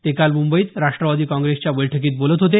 ते काल मुंबईत राष्ट्रवादी काँग्रेसच्या बैठकीत बोलत होते